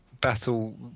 battle